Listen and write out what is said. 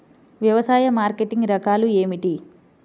వ్యవసాయ మార్కెటింగ్ రకాలు ఏమిటి?